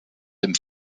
dem